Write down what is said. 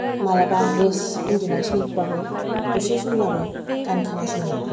मालाबा रेस्ट उन्दुनाय समबाबो दसे समब्लाबो गान खोनासङो